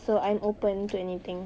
so I'm open to anything